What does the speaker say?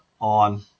on